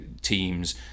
teams